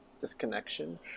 disconnection